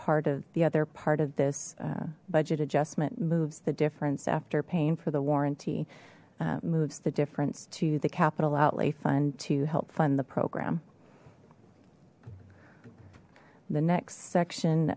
part of the other part of this budget adjustment moves the difference after paying for the warranty moves the difference to the capital outlay fund to help fund the program the next section